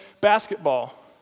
basketball